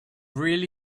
really